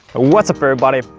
what's up everybody!